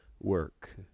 work